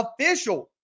official